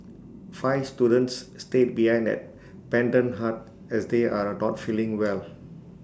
five students stay behind at Pendant hut as they are not feeling well